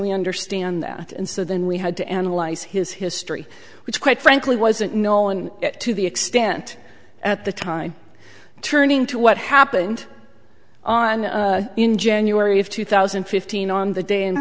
we understand that and so then we had to analyze his history which quite frankly wasn't known to the extent at the time turning to what happened on in january of two thousand and fifteen on the day